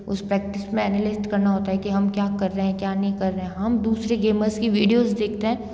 उस प्रैक्टिस में ऐनेलिस्ट करना होता है कि हम क्या कर रहे हैं क्या नहीं कर रहे हैं हम दूसरे गेमर्स की वीडियोज़ देखते हैं